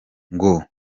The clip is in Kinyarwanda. ngo